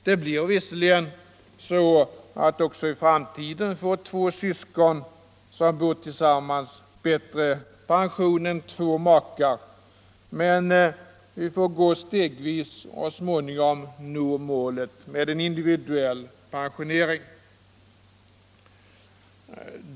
Det blir visserligen också i framtiden så att två syskon som bor tillsammans får bättre pension än två makar, men vi måste gå stegvis och småningom nå målet med en individuell pensionering.